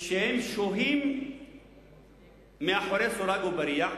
שהם שוהים מאחורי סורג ובריח,